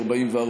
44,